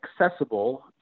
accessible